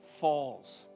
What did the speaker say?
falls